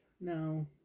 No